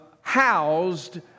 housed